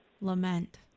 Lament